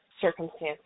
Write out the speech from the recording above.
circumstances